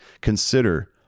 consider